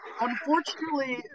Unfortunately